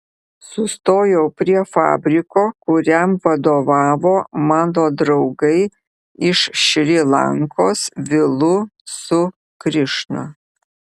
sustojau prie fabriko kuriam vadovavo mano draugai iš šri lankos vilu su krišna